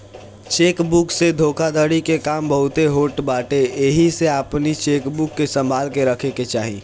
check book से धोखाधड़ी के काम बहुते होत बाटे एही से अपनी चेकबुक के संभाल के रखे के चाही